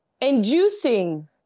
inducing